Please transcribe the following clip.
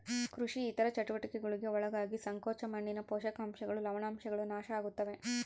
ಕೃಷಿ ಇತರ ಚಟುವಟಿಕೆಗುಳ್ಗೆ ಒಳಗಾಗಿ ಸಂಕೋಚ ಮಣ್ಣಿನ ಪೋಷಕಾಂಶಗಳು ಲವಣಾಂಶಗಳು ನಾಶ ಆಗುತ್ತವೆ